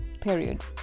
period